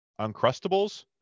Uncrustables